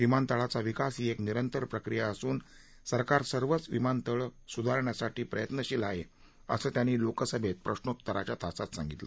विमानतळाचा विकास ही एक निरंतर प्रक्रिया असून सरकार सर्वच विमानतळ सुधारण्यासाठी प्रयत्नशील आहे असं त्यांनी लोकसभेत प्रश्नोत्तराच्या तासात सांगितलं